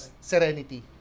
Serenity